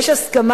יש הסכמה.